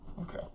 Okay